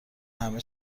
همه